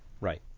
Right